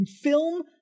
Film